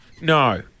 No